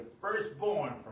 firstborn